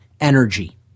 energy